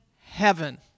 heaven